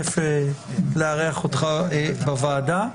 כיף לארח אותך בוועדה.